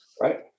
right